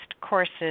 courses